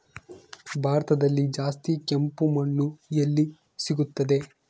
ಭಾರತದಲ್ಲಿ ಜಾಸ್ತಿ ಕೆಂಪು ಮಣ್ಣು ಎಲ್ಲಿ ಸಿಗುತ್ತದೆ?